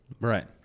Right